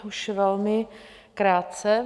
Už velmi krátce.